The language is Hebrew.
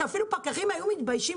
שאפילו פקחים היו מתביישים,